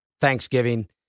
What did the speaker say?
Thanksgiving